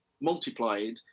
multiplied